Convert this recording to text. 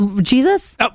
jesus